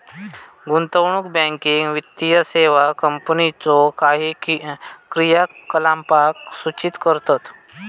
गुंतवणूक बँकिंग वित्तीय सेवा कंपनीच्यो काही क्रियाकलापांक सूचित करतत